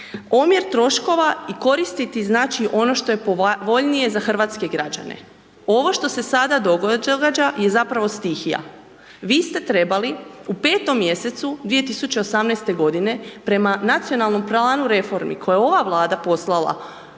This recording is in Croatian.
Omjer troškova i koristiti znači ono što je povoljnije za hrvatske građane. Ovo što se sada događa je zapravo stihija. Vi ste trebali u 5. mjesecu 2018. godine prema nacionalnom planu reformi koje je ova Vlada poslala